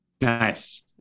Nice